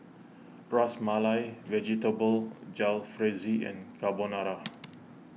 Ras Malai Vegetable Jalfrezi and Carbonara